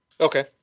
Okay